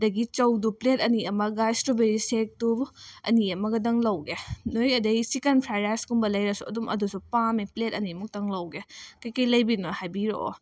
ꯑꯗꯨꯗꯒꯤ ꯆꯧꯗꯨ ꯄ꯭ꯂꯦꯠ ꯑꯅꯤ ꯑꯃꯒ ꯏꯁꯇ꯭ꯔꯣꯕꯦꯔꯤ ꯁꯦꯛꯇꯨ ꯑꯅꯤ ꯑꯃꯒꯗꯪ ꯂꯧꯒꯦ ꯅꯣꯏ ꯑꯗꯩ ꯆꯤꯛꯀꯟ ꯐ꯭ꯔꯥꯏꯔꯥꯏꯁꯀꯨꯝꯕ ꯂꯩꯔꯁꯨ ꯑꯗꯨꯝ ꯑꯗꯨꯁꯨ ꯄꯥꯝꯃꯦ ꯄ꯭ꯂꯦꯠ ꯑꯅꯤꯃꯨꯛꯇꯪ ꯂꯧꯒꯦ ꯀꯩꯀꯩ ꯂꯩꯕꯅꯣ ꯍꯥꯏꯕꯤꯔꯛꯑꯣ